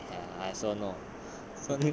you know right you know right ya I also know